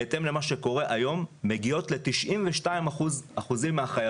בהתאם למה שקורה היום, מגיעות ל-92% מהחייבים.